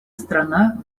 страна